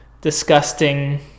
disgusting